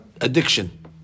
Addiction